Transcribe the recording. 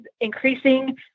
increasing